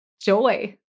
joy